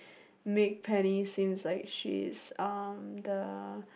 make Penny seems like she's um the